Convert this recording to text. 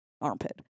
armpit